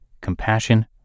compassion